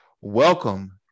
Welcome